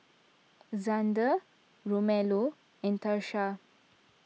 Zander Romello and Tarsha